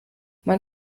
man